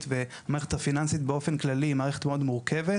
והמערכת הפיננסית באופן כללי היא מערכת מאוד מורכבת,